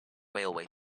railway